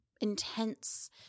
intense